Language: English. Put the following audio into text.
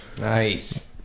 Nice